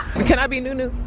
but can i be nunu?